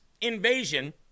invasion